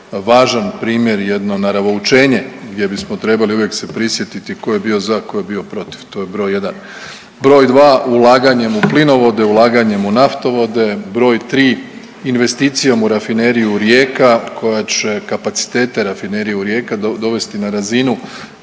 važan primjer, jedno naravoučenje gdje bismo se trebali uvijek se prisjetiti tko je bio za, tko je bio protiv. To je broj jedan. Broj dva, ulaganjem u plinovode, ulaganjem u naftovode. Broj tri, investicijom u rafineriju Rijeka koja će kapacitete rafinerije Rijeka dovesti na razinu